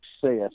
success